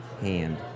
hand